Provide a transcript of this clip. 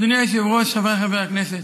אדוני היושב-ראש, חבריי חברי הכנסת,